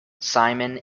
simon